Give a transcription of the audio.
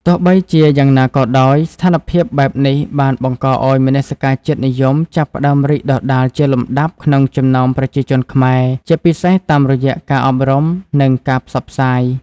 ទោះបីជាយ៉ាងណាក៏ដោយ ស្ថានភាពបែបនេះបានបង្កឱ្យមនសិការជាតិនិយមចាប់ផ្តើមរីកដុះដាលជាលំដាប់ក្នុងចំណោមប្រជាជនខ្មែរ ជាពិសេសតាមរយៈការអប់រំ និងការផ្សព្វផ្សាយ។